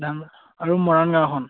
ডাম আৰু মৰং গাঁওখন